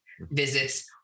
visits